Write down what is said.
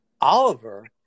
Oliver